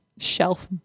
shelf